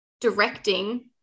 directing